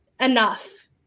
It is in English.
enough